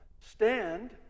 stand